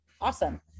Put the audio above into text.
Awesome